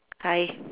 hi